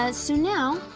ah so now,